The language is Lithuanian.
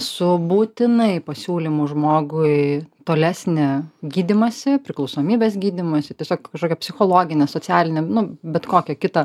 su būtinai pasiūlymu žmogui tolesnę gydymąsi priklausomybės gydymąsi tiesiog kažkokią psichologinę socialinę nu bet kokią kitą